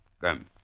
Come